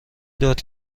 داد